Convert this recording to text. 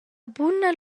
buna